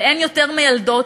ואין יותר מיילדות,